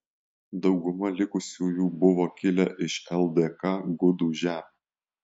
dauguma likusiųjų buvo kilę iš ldk gudų žemių